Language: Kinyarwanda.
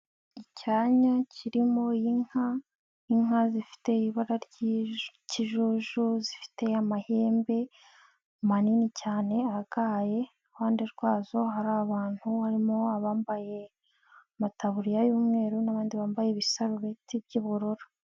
Icyanya kirimo inka, inka zifite ibara ry'ikijuju, zifite amahembe manini cyane agaye, iruhande rwazo hari abantu, harimo abambaye amataburiya y'umweru n'abandi bambaye ibisarubeti by'ubururu.